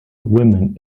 women